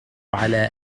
على